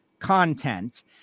content